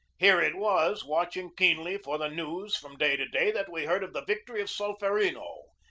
here it was, watching keenly for the news from day to day, that we heard of the victory of solferino,